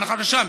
הנחה לשם,